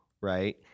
right